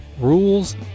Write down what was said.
Rules